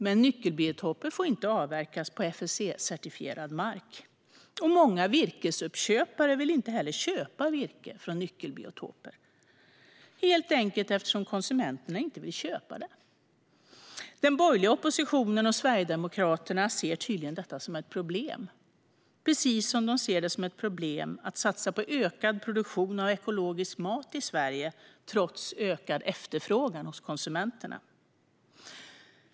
Men nyckelbiotoper får inte avverkas på FSC-certifierad mark, och många virkesuppköpare vill heller inte köpa virke från nyckelbiotoper, helt enkelt för att konsumenterna inte vill köpa det. Den borgerliga oppositionen och Sverigedemokraterna ser tydligen detta som ett problem, precis som de ser det som ett problem att satsa på ökad produktion av ekologisk mat i Sverige trots ökad efterfrågan hos konsumenterna.